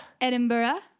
Edinburgh